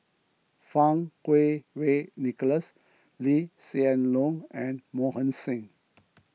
Fang Kuo Wei Nicholas Lee Hsien Loong and Mohan Singh